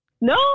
No